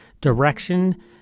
direction